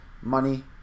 money